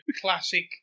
classic